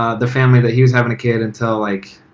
ah the family that he was having a kid until like,